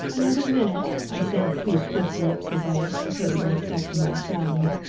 another minute, i said, through stiff lips, as i extricated myself from my swathings,